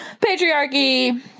patriarchy